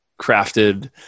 crafted